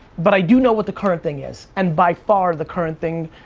but i do know what the current thing is. and by far the current thing,